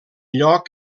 lloc